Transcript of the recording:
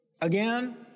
Again